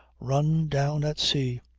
run down at sea.